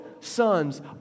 sons